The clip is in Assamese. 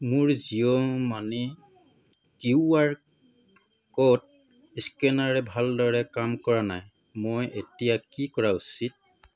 মোৰ Jio money Q R code স্কেনাৰে ভালদৰে কাম কৰা নাই মই এতিয়া কি কৰা উচিত